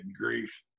grief